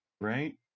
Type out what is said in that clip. right